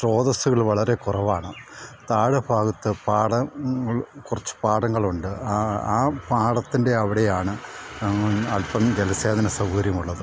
സ്രോതസ്സുകൾ വളരെ കുറവാണ് താഴെഭാഗത്ത് പാടംങ്ങൾ കുറച്ച് പാടങ്ങളുണ്ട് ആ ആ പാടത്തിൻ്റെ അവിടെയാണ് അൽപം ജലസേചന സൗകര്യമുള്ളത്